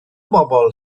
bobl